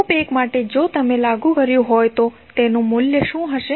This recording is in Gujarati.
લૂપ 1 માટે જો તમે લાગુ કર્યુ હોય તો તેનું મૂલ્ય શું હશે